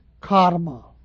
karma